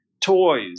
toys